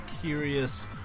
curious